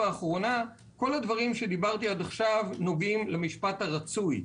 כל מה שאמרתי עד כה נוגע למשפט הרצוי,